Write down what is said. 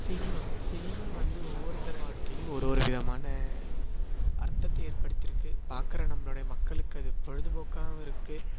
cinema cinema வந்து ஒவ்வொருத்தர் வாழ்க்கையிலையும் ஒரு ஒரு விதமான அர்த்தத்தை ஏற்படுத்தி இருக்கு பார்க்குற நம்பளுடைய மக்களுக்கு அது பொழுதுபோக்காகவும் இருக்கு